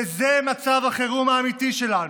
וזה מצב החירום האמיתי שלנו.